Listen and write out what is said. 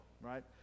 right